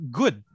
good